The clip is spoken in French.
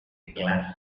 classes